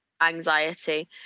anxiety